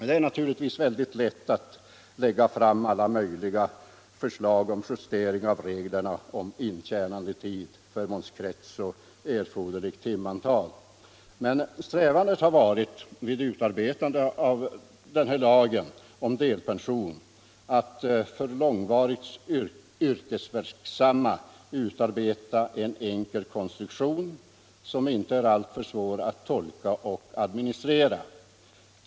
Det är naturligtvis väldigt lätt att lägga fram alla möjliga förslag om justering av reglerna om intjänandetid, förmånskrets och erforderligt timantal. Men strävandet vid utarbetandet av lagen om delpension har varit att för långvarigt yrkesverksamma få till stånd en enkel konstruktion, som inte är alltför svår att tolka och administrera.